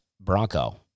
Bronco